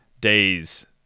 days